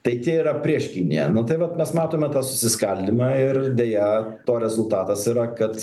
tai tie yra prieš kiniją nu tai vat mes matome tą susiskaldymą ir deja to rezultatas yra kad